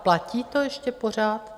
Platí to ještě pořád?